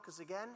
again